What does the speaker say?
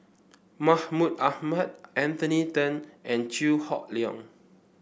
Mahmud Ahmad Anthony Then and Chew Hock Leong